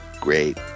great